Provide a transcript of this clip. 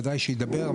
ודאי שידבר,